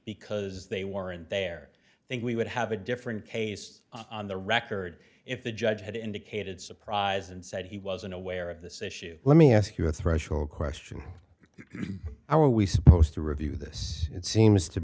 because they weren't there i think we would have a different case on the record if the judge had indicated surprise and said he wasn't aware of this issue let me ask you a threshold question i will we supposed to review this it seems to